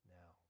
now